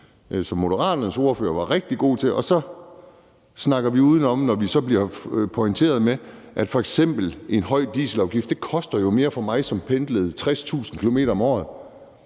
som Moderaternes ordfører var rigtig god til, og så snakker vi udenom, når det f.eks. så bliver pointeret, at der er en høj dieselafgift. Det koster jo mere for mig, hvis jeg pendler 60.000 km om året,